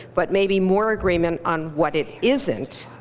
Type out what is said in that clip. but maybe more agreement on what it isn't.